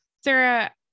Sarah